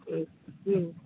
হুম হুম